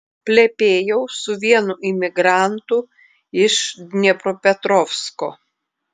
plepėjau su vienu imigrantu iš dniepropetrovsko